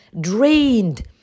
drained